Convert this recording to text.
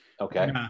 Okay